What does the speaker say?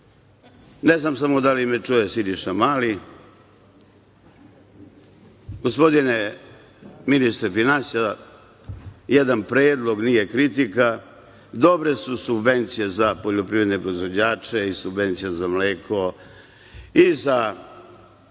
Ne znam samo da li me čuje Siniša Mali? Gospodine ministre finansija, jedan predlog, nije kritika. Dobre su subvencije za poljoprivredne proizvođače i subvencije za mleko i za